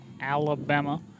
Alabama